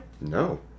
no